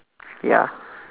ya